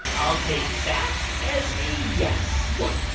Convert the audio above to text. i'll take that as a yes yeah